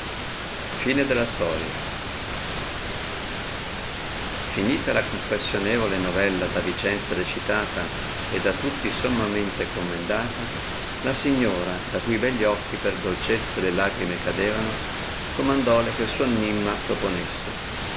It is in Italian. tempo visse finita la compassionevole novella da vicenza recitata e da tutti sommamente commendata la signora da cui begli occhi per dolcezza le lagrime cadevano comandòle che il suo enimma proponesse